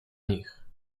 nich